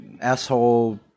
asshole